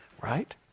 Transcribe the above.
right